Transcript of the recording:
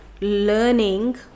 learning